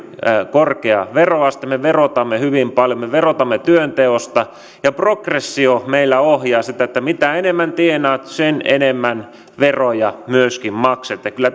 korkea veroaste me verotamme hyvin paljon me verotamme työnteosta ja meillä progressio ohjaa sitä niin että mitä enemmän tienaat sen enemmän veroja myöskin maksat ja